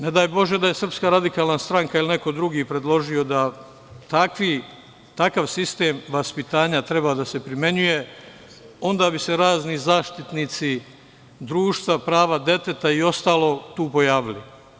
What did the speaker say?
Ne daj Bože da je SRS ili neko drugi predložio da takav sistem vaspitanja treba da se primenjuje, onda bi se razni zaštitnici društva, prava deteta i ostalo tu pojavili.